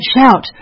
shout